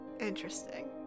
Interesting